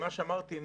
כפי שאמרתי,